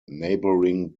neighboring